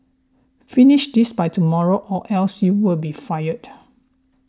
finish this by tomorrow or else you'll be fired